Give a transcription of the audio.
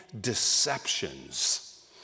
deceptions